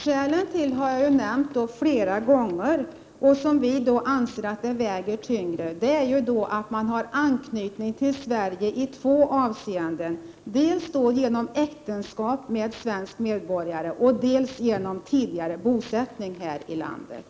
Fru talman! Skälen, som vi anser väger tyngre, har jag ju nämnt flera gånger. De är att man har anknytning till Sverige i två avseeenden, dels genom äktenskap med svensk medborgare, dels genom tidigare bosättning här i landet.